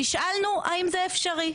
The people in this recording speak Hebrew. נשאלנו האם זה אפשרי.